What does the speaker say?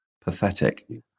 pathetic